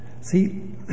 see